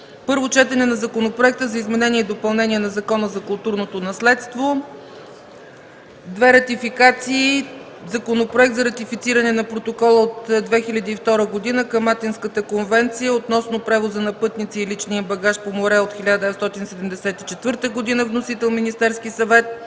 Първо четене на Законопроекта за изменение и допълнение на Закона за културното наследство. 10. Законопроект за ратифициране на Протокола от 2002 г. към Атинската конвенция относно превоза на пътници и личния им багаж по море от 1974 г. Вносител – Министерски съвет.